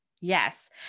Yes